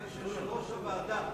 אלא שיושב-ראש הוועדה,